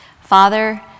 Father